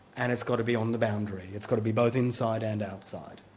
and it's got to be on the boundary. it's got to be both inside and outside.